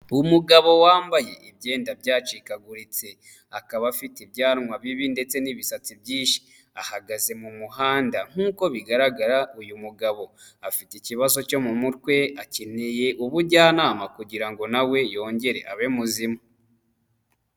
Umugabo wambaye ibyenda byacikaguritse akaba afite ibyanwa bibi ndetse n'ibisatsi byinshi ahagaze mu muhanda nk'uko bigaragara uyu mugabo afite ikibazo cyo mu mutwe akeneye ubujyanama kugira ngo nawe yongere abe muzima.